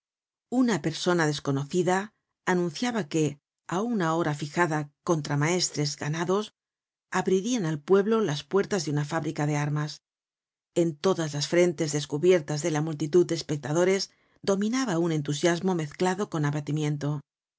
una persona desconocida anunciaba que á una hora fijada contra maestres ganados abririan al pueblo las puertas de una fábrica de armas en todas las frentes descubiertas de la multitud de espectadores dominaba un entusiasmo mezclado con abatimiento